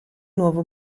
nuovo